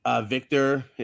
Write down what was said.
Victor